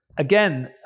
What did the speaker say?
Again